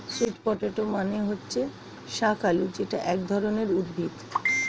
sweet potato মানে হচ্ছে শাকালু যেটা এক ধরনের উদ্ভিদ